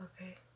Okay